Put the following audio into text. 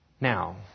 Now